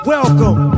Welcome